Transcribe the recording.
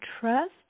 trust